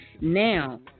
Now